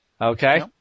Okay